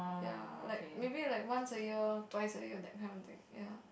ya like maybe like once a year twice a year that kind of things ya